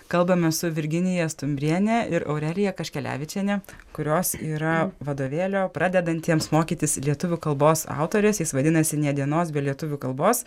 kalbame su virginija stumbriene ir aurelija kaškelevičiene kurios yra vadovėlio pradedantiems mokytis lietuvių kalbos autorės jis vadinasi nė dienos be lietuvių kalbos